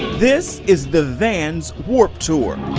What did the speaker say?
this is the van's warped tour.